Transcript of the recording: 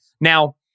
Now